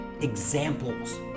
examples